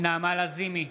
נעמה לזימי,